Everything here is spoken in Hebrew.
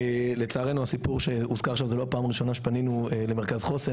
לצערנו הסיפור שהוזכר עכשיו זה לא הפעם הראשונה שפנינו למרכז חוסן.